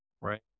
Right